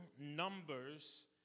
numbers